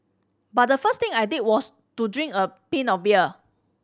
but the first thing I did was to drink a pint of beer